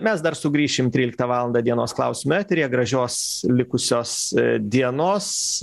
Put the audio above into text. mes dar sugrįšim tryliktą valandą dienos klausimo eteryje gražios likusios dienos